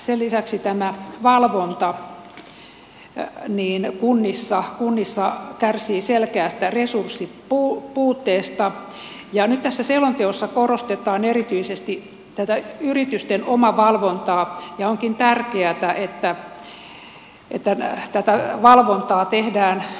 sen lisäksi tämä valvonta kunnissa kärsii selkeästä resurssipuutteesta ja nyt tässä selonteossa korostetaan erityisesti tätä yritysten omavalvontaa ja onkin tärkeätä että tätä valvontaa tehdään riskiperusteisesti